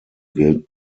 wird